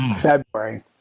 February